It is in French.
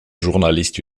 journaliste